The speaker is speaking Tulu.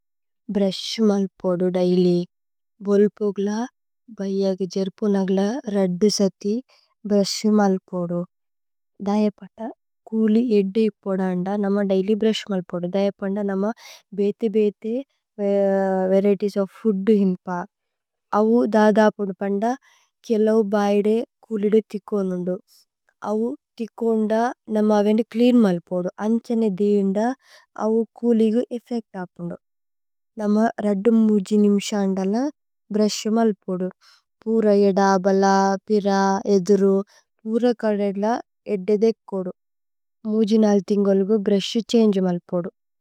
ഭ്രശ് മല് പോദു ദൈലി ഭോല് പോഗ്ല ബൈഅഗ് ജര്പുനഗ്ല। രദ്ദു സതി ബ്രശ് മല് പോദു ദൈപത കുലി ഇദ്ദി। പോദന്ദ, നമ ദൈലി ബ്രശ് മല് പോദു ദൈപന്ദ നമ। ബേതേ ബേതേ വരിഏതിഏസ് ഓഫ് ഫൂദ് ഹിമ്പ। അവു ദദ പോദു പന്ദ കേല്ലൌ ബൈദേ കുലിദേ തികോന്ദു। അവു തികോന്ദ നമ വേനി ച്ലേഅന് മല് പോദു അന്ഛനി। ദീന്ദ അവു കുലിഗേ ഏഫേക്ത് ഹപുന്ദു നമ രദ്ദുമ്। മുജി നിമിശന്ദല ബ്രശ് മല് പോദു പൂര ഏദബല। പിര ഏദുരു പൂര കദല ഏദ്ദേ ദേകോദു മുജി। നല് തിന്ഗലുഗു ബ്രശു ഛന്ഗേ മല് പോദു।